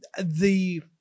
the-